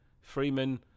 Freeman